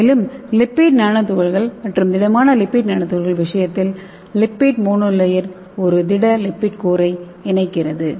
மேலும் lipid nano துகள்கள் மற்றும் திடமான லிப்பிட் நானோ துகள்கள் விஷயத்தில் லிப்பிட் மோனோலேயர் ஒரு திட லிப்பிட் கோரை இணைக்கிறது